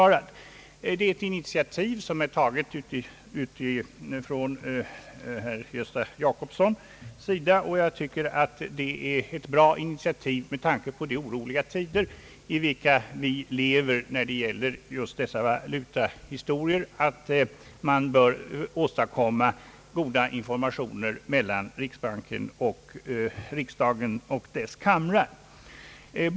Herr Gösta Jacobsson har tagit ett initiativ, som jag tycker är ett bra initiativ. Det går ut på att man med tanke på de oroliga tider, i vilka vi lever på valutaområdet, bör åstadkomma goda informationer mellan riksbanken å ena sidan och riksdagen och dess kamrar å andra sidan.